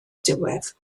diwedd